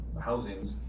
housings